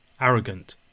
arrogant